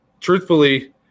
Truthfully